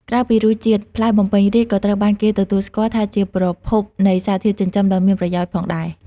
ក្រៅពីរសជាតិ ផ្លែបំពេញរាជ្យក៏ត្រូវបានគេទទួលស្គាល់ថាជាប្រភពនៃសារធាតុចិញ្ចឹមដ៏មានប្រយោជន៍ផងដែរ។